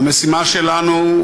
המשימה שלנו,